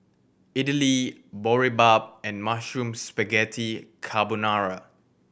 Idili Boribap and Mushroom Spaghetti Carbonara